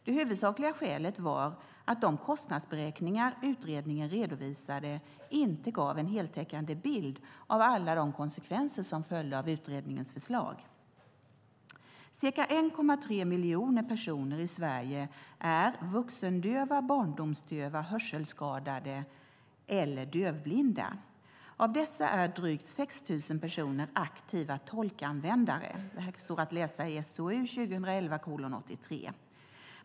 Det huvudsakliga skälet var att de kostnadsberäkningar utredningen redovisade inte gav en heltäckande bild av alla de konsekvenser som följde av utredningens förslag. Ca 1,3 miljoner personer i Sverige är vuxendöva, barndomsdöva, hörselskadade eller dövblinda. Av dessa är drygt 6 000 personer aktiva tolkanvändare. Det står att läsa i SOU 2011:83.